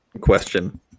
question